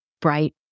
bright